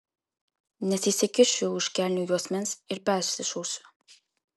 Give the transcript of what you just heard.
nes įsikišiu už kelnių juosmens ir persišausiu